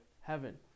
heaven